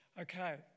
Okay